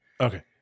Okay